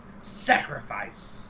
Sacrifice